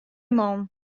man